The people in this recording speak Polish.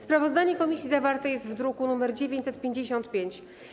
Sprawozdanie komisji zawarte jest w druku nr 955.